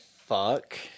fuck